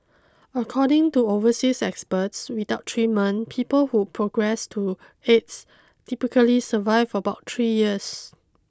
according to overseas experts without treatment people who progress to AIDS typically survive about three years